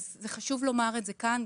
לומר את זה כאן.